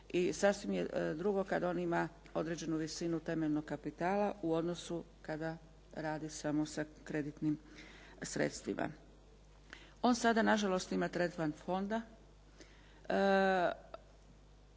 i sasvim je drugo kad on ima određenu visinu temeljnog kapitala u odnosu kada radi samo sa kreditnim sredstvima. On sada na žalost ima tretman fonda.